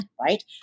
right